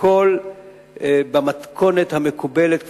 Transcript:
והכול במתכונת המקובלת,